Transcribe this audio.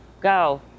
go